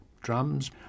drums